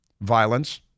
violence